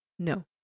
No